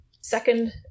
second